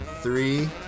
Three